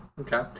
Okay